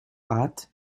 hâte